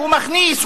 הוא מכניס,